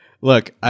Look